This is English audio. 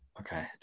Okay